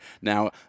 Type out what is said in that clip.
Now